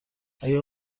آیا